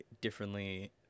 differently